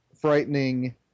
frightening